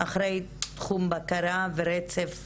אחראית תחום בקרה ורצף